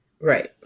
Right